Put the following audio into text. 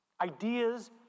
Ideas